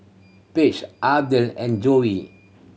Page Ardell and Joey